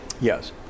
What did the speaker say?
yes